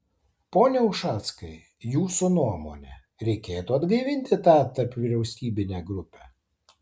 pone ušackai jūsų nuomone reikėtų atgaivinti tą tarpvyriausybinę grupę